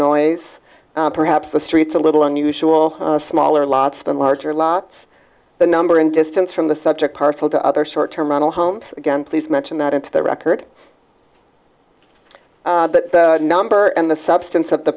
noise perhaps the streets a little unusual smaller lots than larger lots the number and distance from the subject parcel to other short term model homes again please mention that into the record that number and the substance of the